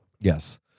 Yes